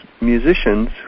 musicians